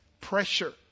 pressure